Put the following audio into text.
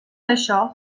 això